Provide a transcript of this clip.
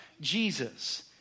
Jesus